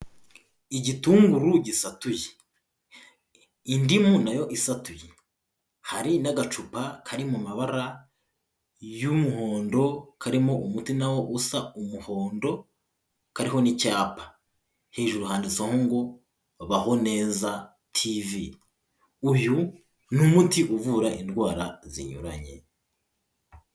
Igitunguru gisatuye, indimu nayo isatuye hari n'agacupa kari mu mabara y'umuhondo karimo umuti na wo usa umuhondo kariho n'icyapa, hejuru handitsiho ngo baho neza tv, uyu n'umuti uvura indwara zinyuranye.